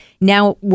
now